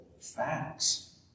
facts